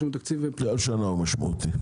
כל שנה הוא משמעותי.